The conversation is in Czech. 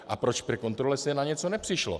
A proč při kontrole se na něco nepřišlo?